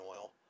oil